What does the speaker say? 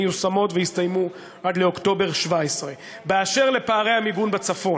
מיושמות ויסתיימו עד לאוקטובר 2017. אשר לפערי המיגון בצפון,